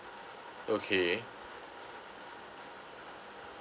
okay